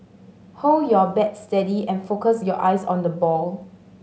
hold your bat steady and focus your eyes on the ball